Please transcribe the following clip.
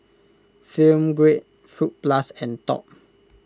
Film Grade Fruit Plus and Top